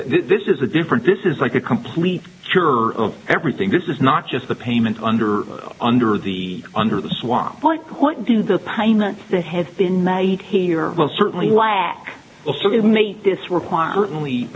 that this is a different this is like a complete cure or of everything this is not just the payment under under the under the swamp like what do the payments that have been made here will certainly lack of